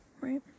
right